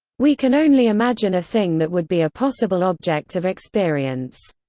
we can only imagine a thing that would be a possible object of experience.